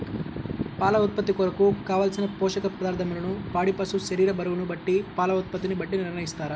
పాల ఉత్పత్తి కొరకు, కావలసిన పోషక పదార్ధములను పాడి పశువు శరీర బరువును బట్టి పాల ఉత్పత్తిని బట్టి నిర్ణయిస్తారా?